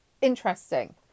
interesting